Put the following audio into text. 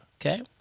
Okay